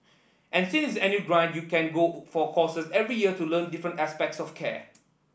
and since annual grant you can go for courses every year to learn different aspects of care